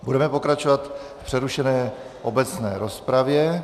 Budeme pokračovat v přerušené obecné rozpravě.